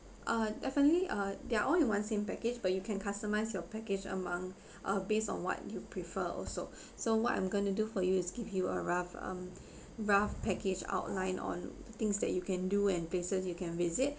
uh definitely uh they're all in one same package but you can customise your package among uh based on what you prefer also so what I'm going to do for you is give you a rough um rough package outline on things that you can do and places you can visit